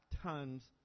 tons